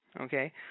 Okay